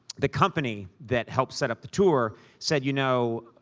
the company that helped set up the tour said, you know,